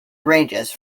ranges